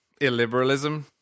illiberalism